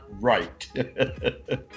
right